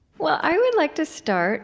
well, i would like to start